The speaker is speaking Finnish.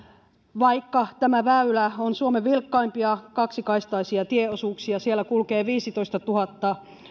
vaikka tämä väylä on suomen vilkkaimpia kaksikaistaisia tieosuuksia siellä kulkee viisitoistatuhatta